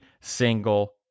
single